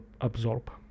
absorb